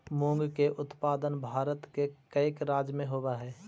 मूंग के उत्पादन भारत के कईक राज्य में होवऽ हइ